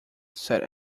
said